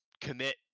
commit